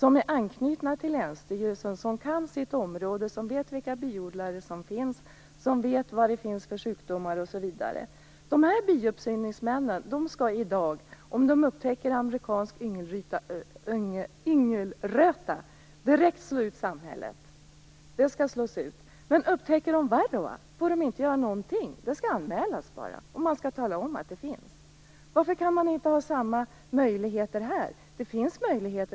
De är knutna till länsstyrelsen och de kan sitt område och vet vilka biodlare och sjukdomar som finns osv. Biuppsyningsmännen skall i dag, om de upptäcker amerikansk yngelröta, direkt slå ut bisamhället i fråga. Men upptäcks varroa får de inte göra någonting. Det skall bara anmälas - man skall tala om att det finns varroa. Varför kan man inte ha samma möjligheter beträffande varroa?